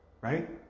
right